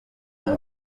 ngo